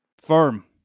Firm